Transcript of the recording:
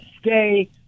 stay